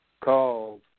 Called